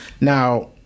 now